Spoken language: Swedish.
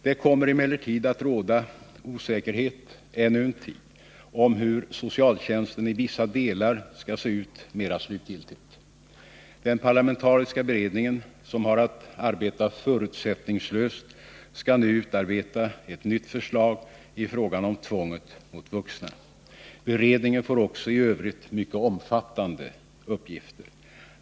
Det kommer emellertid ännu en tid att råda osäkerhet om hur socialtjänsten i vissa delar mera slutgiltigt skall se ut. Den parlamentariska beredningen, som har att arbeta förutsättningslöst, skall nu utarbeta ett nytt förslag i fråga om tvånget mot vuxna. Beredningen får också i övrigt mycket omfattande uppgifter.